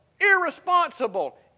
irresponsible